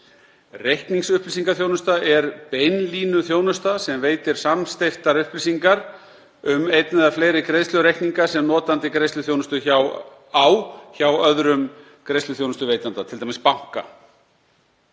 Reikningsupplýsingaþjónusta er beinlínuþjónusta sem veitir samsteyptar upplýsingar um einn eða fleiri greiðslureikninga sem notandi greiðsluþjónustu á hjá öðrum greiðsluþjónustuveitanda, t.d. banka.